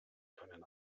können